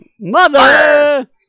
Mother